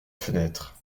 fenêtre